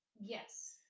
Yes